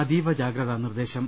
അതീവ ജാഗ്രതാ നിർദ്ദേശം